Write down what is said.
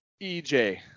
EJ